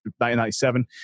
1997